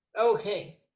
Okay